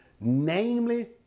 namely